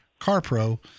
CarPro